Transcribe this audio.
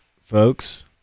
folks